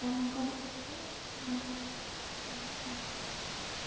ᱟᱨ ᱱᱚᱝᱠᱟᱱᱟᱜ ᱠᱚᱛᱮ ᱜᱮ ᱱᱚᱣᱟ ᱠᱚᱫᱚ ᱵᱮᱱᱟᱜ ᱠᱟᱱᱟ